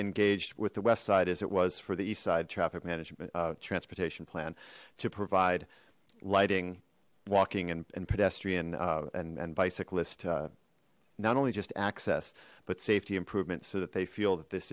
engaged with the west side as it was for the east side traffic management transportation plan to provide lighting walking and pedestrian uh and bicyclist not only just access but safety improvements so that they feel that this